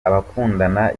abakundana